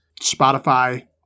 spotify